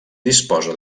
disposa